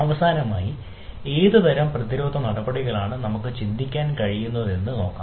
അവസാനമായി ഏതുതരം പ്രതിരോധ നടപടികളാണ് നമുക്ക് ചിന്തിക്കാൻ കഴിയുകയെന്നത് നോക്കാം